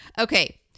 Okay